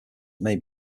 may